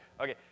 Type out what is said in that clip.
Okay